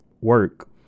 work